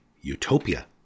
Utopia